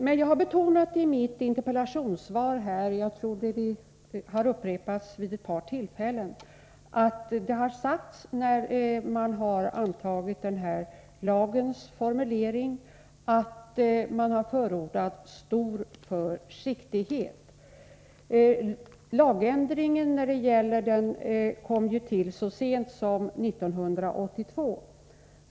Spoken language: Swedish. Men jag har i mitt interpellationssvar betonat —- jag tror att det har upprepats vid ett par tillfällen — att man förordade stor försiktighet när man antog denna lags formulering. Lagändringen kom ju till så sent som 1982.